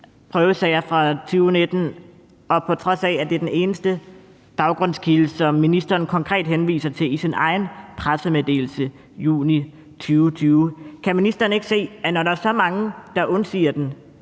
prøvesager fra 2019, og på trods af at det er den eneste baggrundskilde, som ministeren konkret henviser til i sin egen pressemeddelelse fra juni 2020. Kan ministeren ikke se, at det, når der er så mange, der undsiger den,